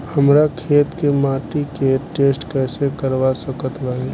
हमरा खेत के माटी के टेस्ट कैसे करवा सकत बानी?